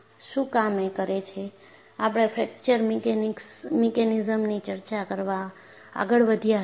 પછી આપણે ફ્રેક્ચર મિકેનિઝમ્સની ચર્ચા કરવા આગળ વધ્યા હતા